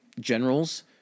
generals